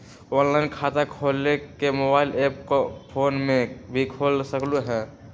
Online खाता खोले के मोबाइल ऐप फोन में भी खोल सकलहु ह?